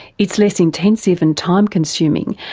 it's less intensive and time consuming,